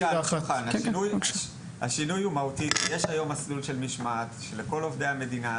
יש היום מסלול של משמעת לכל עובדי המדינה.